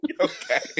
Okay